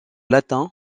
latin